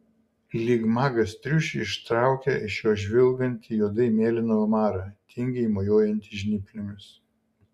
lyg magas triušį ištraukia iš jo žvilgantį juodai mėlyną omarą tingiai mojuojantį žnyplėmis